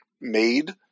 made